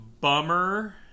bummer